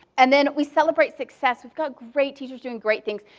and then we celebrate success. we've got great teachers doing great things,